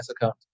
account